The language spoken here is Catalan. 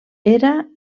era